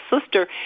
sister